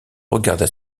regarda